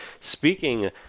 Speaking